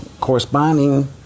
corresponding